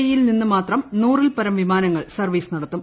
E യിൽ നിന്ന് മാത്രം നൂറിൽപ്പരം വിമാനങ്ങൾ സർവീസ് രൂടത്തും